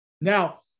Now